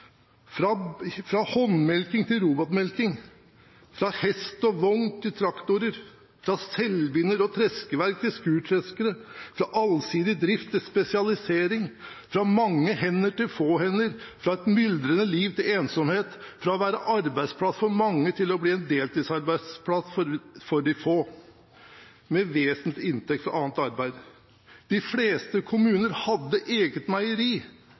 fra håndmelking til robotmelking, fra hest og vogn til traktorer, fra selvbinder og treskeverk til skurtreskere, fra allsidig drift til spesialisering, fra mange hender til få hender, fra et myldrende liv til ensomhet, fra å være arbeidsplass for mange til å bli en deltidsarbeidsplass for de få, med vesentlig inntekt fra annet arbeid. De fleste kommuner hadde eget meieri.